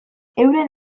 euren